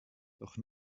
doch